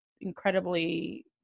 incredibly